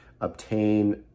obtain